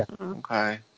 Okay